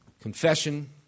Confession